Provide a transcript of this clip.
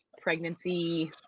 pregnancy